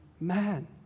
man